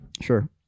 Sure